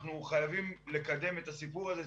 אנחנו חייבים לקדם את הסיפור הזה.